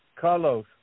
Carlos